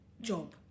job